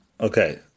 Okay